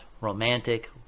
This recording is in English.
romantic